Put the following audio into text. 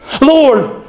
Lord